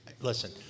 Listen